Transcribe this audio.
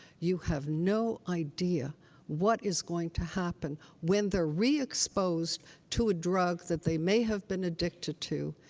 you have no idea what is going to happen when they're reexposed to a drug that they may have been addicted to.